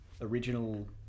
original